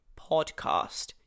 podcast